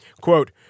Quote